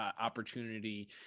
Opportunity